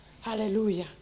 Hallelujah